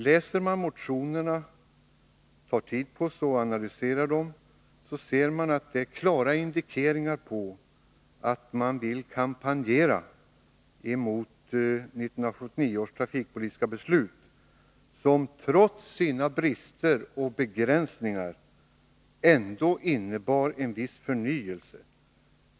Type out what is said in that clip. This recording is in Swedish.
Läser man motionerna och tar tid på sig och analyserar dem, finner man att det finns en klar indikering på att man vill kampanjera emot 1979 års trafikpolitiska beslut, som trots sina brister och begränsningar ändå innebar en viss förnyelse.